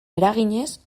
eraginez